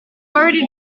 already